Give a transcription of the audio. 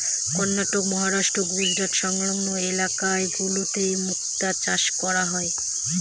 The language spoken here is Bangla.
কর্ণাটক, মহারাষ্ট্র, গুজরাট সংলগ্ন ইলাকা গুলোতে মুক্তা চাষ করা হয়